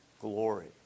glory